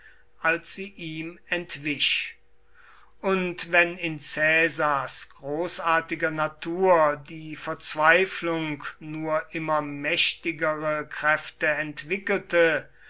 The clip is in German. als sie ihm entwich und wenn in caesars großartiger natur die verzweiflung nur immer mächtigere kräfte entwickelte